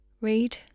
read